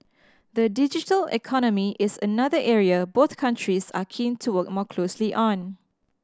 the digital economy is another area both countries are keen to work more closely on